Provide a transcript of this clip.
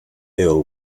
ill